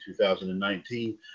2019